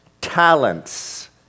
talents